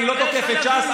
אני לא תוקף את ש"ס.